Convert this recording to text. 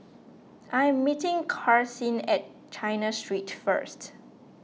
I am meeting Karsyn at China Street first